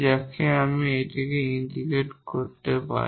যাতে আমি এটিকে ইন্টিগ্রেটিং করতে পারি